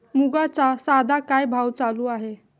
मुगाचा सध्या काय भाव चालू आहे?